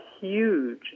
huge